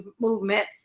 movement